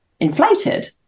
inflated